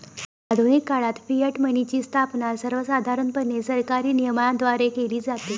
आधुनिक काळात फियाट मनीची स्थापना सर्वसाधारणपणे सरकारी नियमनाद्वारे केली जाते